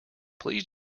please